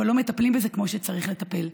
אבל לא מטפלים בזה כמו שצריך לטפל.